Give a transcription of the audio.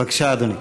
בבקשה, אדוני.